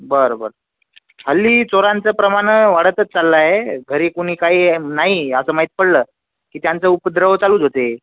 बरं बरं हल्ली चोरांचं प्रमाण वाढतच चाललं आहे घरी कोणी काही आहे नाही असं माहीत पडलं की त्यांचा उपद्रव चालूच होते